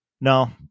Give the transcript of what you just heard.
no